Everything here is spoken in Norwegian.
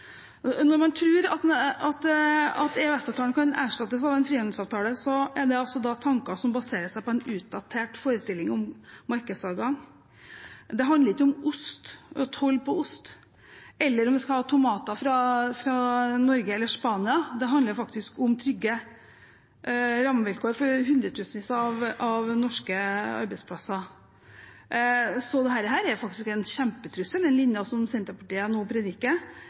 når fram med produkter til EU-markedet, og tjenestene øker også mest. Når man tror at EØS-avtalen kan erstattes av en frihandelsavtale, er dette tanker som baserer seg på en utdatert forestilling om markedsadgang. Det handler ikke om toll på ost, eller om en skal ha tomater fra Norge eller fra Spania; det handler faktisk om trygge rammevilkår for hundretusenvis av norske arbeidsplasser. Så den linjen som Senterpartiet nå prediker,